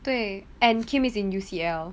对 and kim is in U_C_L